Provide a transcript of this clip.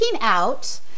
out